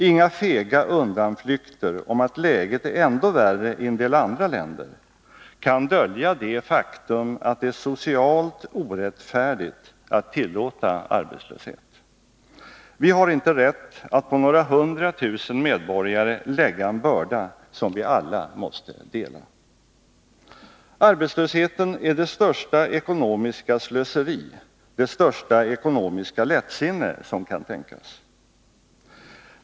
Inga fega undanflykter om att läget är ändå värre i en del andra länder kan dölja det faktum, att det är socialt orättfärdigt att tillåta arbetslöshet. Vi har inte rätt att på några hundra tusen medborgare lägga en börda som vi alla måste dela. Arbetslösheten är det största ekonomiska slöseri, det största ekonomiska lättsinne som kan tänkas.